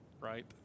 right